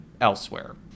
elsewhere